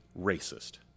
racist